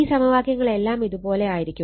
ഈ സമവാക്യങ്ങളെല്ലാം ഇത് പോലെ ആയിരിക്കും